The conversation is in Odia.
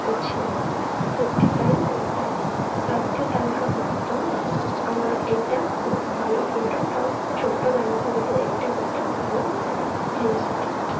ଅଛି ସେଥିପାଇଁ ତଥ୍ୟ ତାଲିକା ଭୁକ୍ତ ଆମର ଏଇଟା ବହୁତ ଭଲ ପ୍ରଡ଼କ୍ଟ ଆଉ ଛୋଟ ବ୍ୟବସାୟ ଭିତରେ ଏଇଟା ଗୋଟେ ଭଲ ଜିନିଷଟା